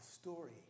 story